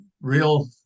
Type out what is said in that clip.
real